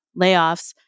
layoffs